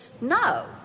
No